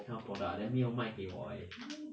health products ah then 没有卖给我 eh